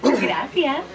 Gracias